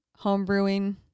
homebrewing